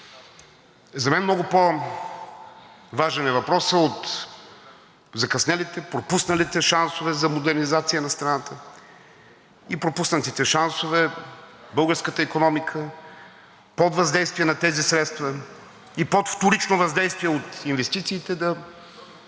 За мен много по-важен е въпросът от закъснелите, пропуснатите шансове за модернизация на страната и пропуснатите шансове българската икономика под въздействие на тези средства и под вторично въздействие от инвестициите да